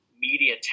media